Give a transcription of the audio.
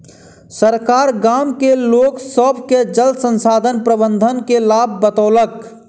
सरकार गाम के लोक सभ के जल संसाधन प्रबंधन के लाभ बतौलक